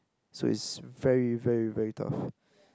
so it's very very very tough